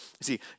see